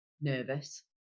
nervous